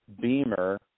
Beamer